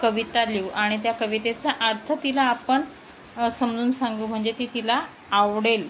कविता लिऊ आणि त्या कवितेचा अर्थ तिला आपन समजून सांगू म्हणजे ती तिला आवडेल